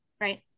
Right